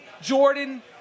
jordan